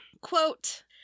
quote